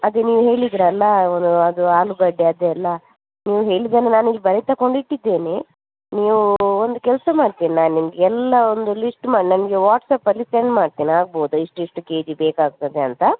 ಅದೇ ನೀವು ಹೇಳಿದಿರಲ್ಲ ವನು ಅದು ಆಲೂಗಡ್ಡೆ ಅದೆಲ್ಲ ನೀವು ಹೇಳಿದ್ದನ್ನು ನಾನಿಲ್ಲಿ ಬರೆದುಕೊಂಡಿಟ್ಟಿದ್ದೇನೆ ನೀವು ಒಂದು ಕೆಲಸ ಮಾಡ್ತೇನೆ ನಾ ನಿಮ್ಗೆ ಎಲ್ಲ ಒಂದು ಲಿಸ್ಟ್ ಮಾಡಿ ನನಗೆ ವಾಟ್ಸಪ್ಪಲ್ಲಿ ಸೆಂಡ್ ಮಾಡ್ತೇನೆ ಆಗ್ಬೋದಾ ಇಷ್ಟಿಷ್ಟು ಕೆಜಿ ಬೇಕಾಗ್ತದೆ ಅಂತ